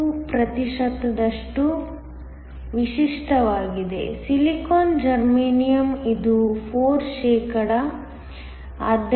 2 ಪ್ರತಿಶತದಷ್ಟು ವಿಶಿಷ್ಟವಾಗಿದೆ silicon germanium ಇದು 4 ಶೇಕಡಾ